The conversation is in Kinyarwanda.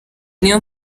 niyo